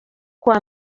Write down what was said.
kuwa